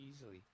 easily